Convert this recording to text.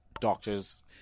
doctors